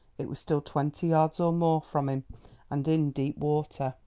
it was still twenty yards or more from him and in deep water.